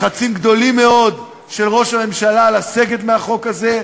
לחצים גדולים מאוד של ראש הממשלה לסגת מהחוק הזה,